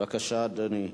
בבקשה, אדוני.